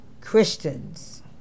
Christians